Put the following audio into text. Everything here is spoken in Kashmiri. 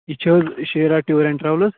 یہِ چھِ حظ شیٖرا ٹیوٗر اینٛڈ ٹرٛاولٕز